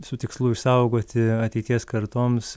su tikslu išsaugoti ateities kartoms